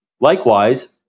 Likewise